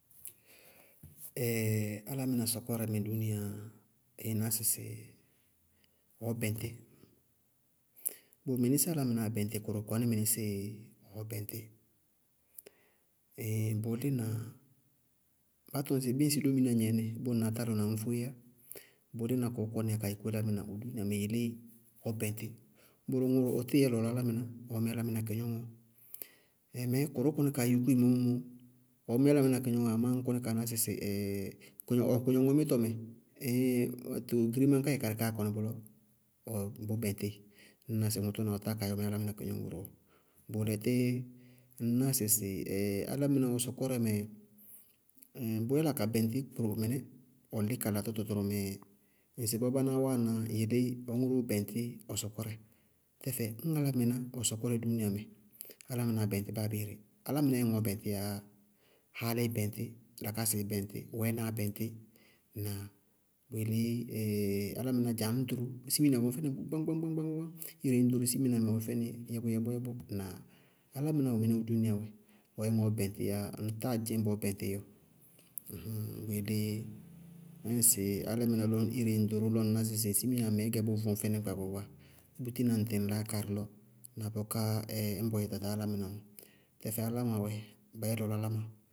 álámɩná sɔkɔrɛ mɛ dúúnia ɩí ná sɩsɩ ɔɔ bɛŋtɩ. Lɔ mɩnɩsíɩ álámɩnáá bɛŋtɩ, kʋrʋʋ kʋní mɩnɩsɩɩ ɔ bɛŋtɩ. bʋʋ lɩ́na, ba tɔñsɩ ñŋsɩ dóminá gnɛñ nɩ ñŋsɩ ŋ ná átálʋná ŋñ foééyá. Bʋwɛná kɔɔ kɔníya kaa yúkú álámɩná ŋʋ na bʋ yelé ɔ bɛŋtɩ. Ññ bʋrʋ ŋʋrʋ wɛ ɔtíɩ lɔlɔ álámɩná, ɔɔ mí álámɩná kɩgnɔŋɔ, mɛɛɛ kʋrʋ kɔní kaa yúkú ɩ mɔɔmɔmɔ ɔɔ mí álámɩná kɩgnɔŋɔ amá ŋñ kaa ná sɩsɩ ɔ kɩgmɔŋɔmítɔ mɛ, ɛɛin girimáñkáɩ karɩí káa kɔnɩ bʋlɔ, ɔ bʋ bɛŋtíɩ ŋñná sɩ bʋlɔ ɔtáa kaa yɛ ɔɔ mí álámɩná kɩgnɔŋɔ báa bʋrʋ ɔɔ. Bʋʋlɛtí, ŋñná sɩsɩ álámɩná ɔ sɔkɔrɛ mɛ, bʋʋ yála ka bɛŋtɩí gbʋrʋ! Mɩnɛ, ɔ lí kala tɔtɔ tʋrʋmɛ, ŋsɩbɔɔ bánáá wáana yelé ɔ bɛŋtí ɔ sɔkɔrɛ, tɛfɛ ñŋ álámɩná ɔ sɔkɔrɛ dúúniayamɛ, álámɩnáá bɛŋtí báa abéeré, álámɩná yɛ ŋɔɔɔ bɛŋtíyá yá. Háálíí bɛŋtí, wɛɛnaá bɛŋtí, lakasɩí bɛŋtí. Bʋyelé álámɩná, dza ŋñ ɖoró, siminaá vɔŋ fɛnɩ gbáñ-gbáñ-gbáñ, ire ŋñ ɖoró siminaá wɛ fɛnɩ yɛbʋyɛbʋyɛbʋ. Ŋnáa? Álámɩná wɛ mɩnɛɛ ɔ dúúnia wɛ, ɔyɛ ŋɔɔɔ bɛŋtíyá yá ŋtáa dzɩñ bɔɔɔ bɛŋtɩí ɔɔ. Bʋ yelé álámɩná ñŋsɩ ŋ ɖoró lɔ ŋ ná sɩ ŋ siminamɛɛ kɛ vʋ vɔŋ fɛnɩ gbaagba gbaagba, bútina ŋtɩ ŋ laákaarɩ lɔ, na bʋká ñ bɔyɛ ɖaɖa álámɩná ɔɔ. Tɛfɛ álámɩná wɛ bayɛ lɔ áláma.